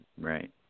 Right